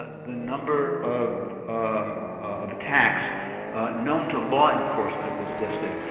the number of of attacks known to law enforcement was listed.